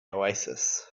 oasis